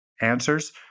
answers